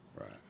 Right